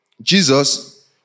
Jesus